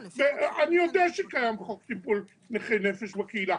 אני יודע שקיים חוק טיפול נכי נפש בקהילה,